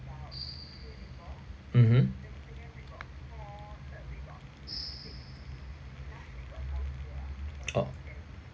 mmhmm oh